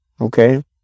okay